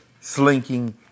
slinking